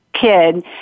kid